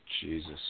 Jesus